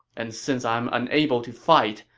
and since i am unable to fight,